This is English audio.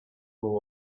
law